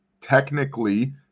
technically